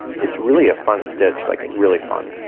it's really a fun stitch like it really fun.